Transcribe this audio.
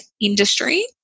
industry